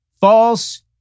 False